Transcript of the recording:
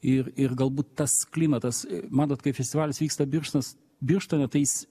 ir ir galbūt tas klimatas matot kai festivalis vyksta birštonas birštone tai jis